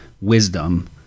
wisdom